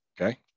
Okay